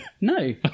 No